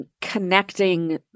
connecting